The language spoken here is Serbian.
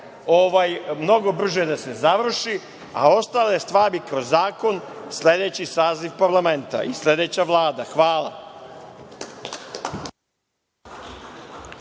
mnogo brže da se završi, a ostale stvari kroz zakon sledeći saziv parlamenta i sledeća Vlada. Hvala.